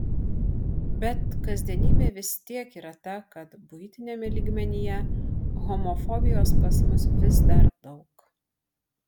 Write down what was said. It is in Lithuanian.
bet kasdienybė vis tiek yra ta kad buitiniame lygmenyje homofobijos pas mus vis dar daug